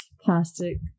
plastic